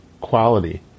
quality